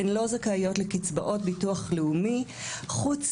הן לא זכאיות לקצבאות ביטוח לאומי חוץ